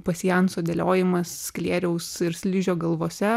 pasjanso dėliojimas sklėriaus ir sližio galvose